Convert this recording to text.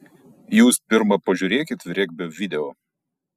jūs pirma pažiūrėkit regbio video